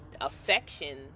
affection